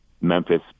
Memphis